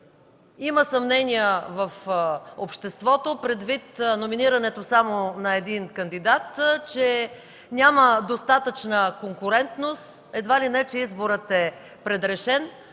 има съмнения в обществото, предвид номинирането само на един кандидат, че няма достатъчна конкурентност, едва ли не че изборът е предрешен.